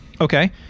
Okay